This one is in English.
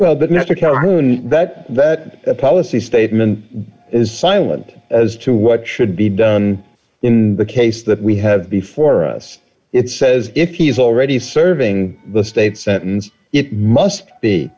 calhoun that that policy statement is silent as to what should be done in the case that we have before us it says if he's already serving the state sentence it must be